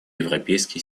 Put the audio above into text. европейский